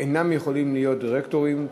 אינם יכולים להיות דירקטורים,